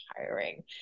tiring